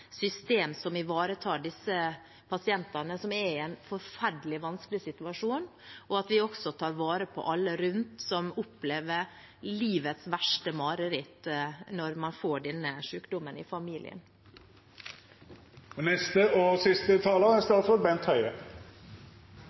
som ivaretar disse pasientene, som er i en forferdelig vanskelig situasjon, og at vi også tar vare på alle rundt, som opplever livets verste mareritt når de får denne sykdommen i